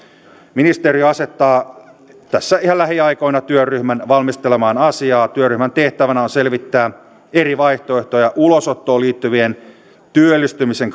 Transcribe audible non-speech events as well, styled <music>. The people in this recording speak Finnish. ministeriö asettaa tässä ihan lähiaikoina työryhmän valmistelemaan asiaa työryhmän tehtävänä on selvittää eri vaihtoehtoja ulosottoon liittyvien työllistymisen <unintelligible>